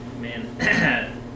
Man